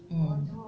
mm